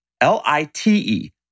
L-I-T-E